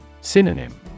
Synonym